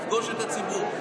לפגוש את הציבור.